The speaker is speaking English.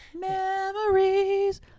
Memories